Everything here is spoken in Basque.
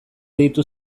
deitu